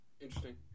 Interesting